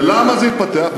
ולמה זה התפתח?